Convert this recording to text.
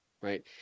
Right